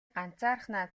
ганцаархнаа